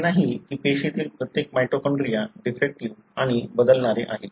असे नाही की पेशीतील प्रत्येक माइटोकॉन्ड्रिया डिफेक्टीव्ह आणि बदलणारे आहे